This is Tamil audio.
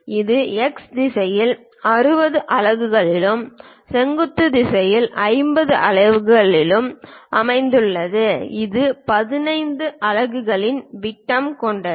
இது எக்ஸ் திசையில் 60 அலகுகளிலும் செங்குத்து திசையில் 50 அலகுகளிலும் அமைந்துள்ளது இது 15 அலகுகளின் விட்டம் கொண்டது